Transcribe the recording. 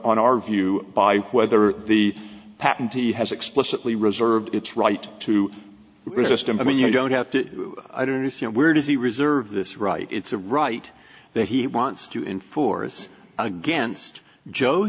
on our view by whether the patent he has explicitly reserved its right to exist and i mean you don't have to i don't understand where does the reserve this right it's a right that he wants to enforce against joe